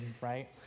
right